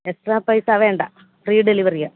extra പൈസാ വേണ്ട free ടെലിവെറിയ